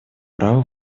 права